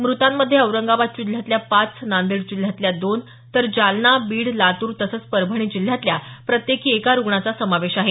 मृतांमध्ये औरंगाबाद जिल्ह्यातल्या पाच नांदेड जिल्ह्यातल्या दोन तर जालना बीड लातूर तसंच परभणी जिल्ह्यातल्या प्रत्येकी एका रुग्णाचा समावेश आहे